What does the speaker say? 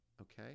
okay